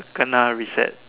Kena reset